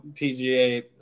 PGA